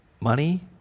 money